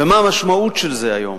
ומה המשמעות של זה היום?